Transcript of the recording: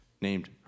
named